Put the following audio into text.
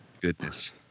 Goodness